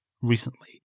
recently